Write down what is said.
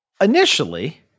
initially